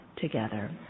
together